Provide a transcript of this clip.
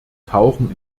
tauchen